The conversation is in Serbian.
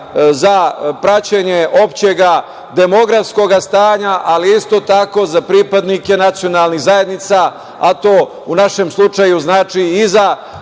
za praćenje opšteg demografskog stanja, ali isto tako za pripadnike nacionalnih zajednica, a to u našem slučaju znači i za